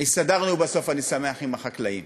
הסתדרנו בסוף, ואני שמח, עם החקלאים.